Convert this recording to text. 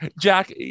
jack